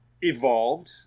evolved